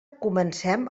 comencem